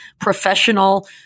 professional